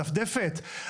הדפדפת?